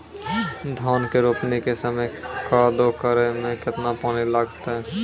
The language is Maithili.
धान के रोपणी के समय कदौ करै मे केतना पानी लागतै?